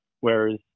whereas